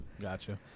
Gotcha